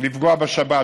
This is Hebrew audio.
לפגוע בשבת.